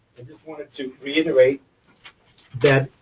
and just wanted to reiterate that,